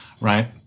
right